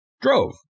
drove